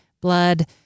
blood